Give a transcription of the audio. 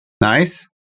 Nice